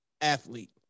athlete